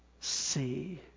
see